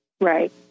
right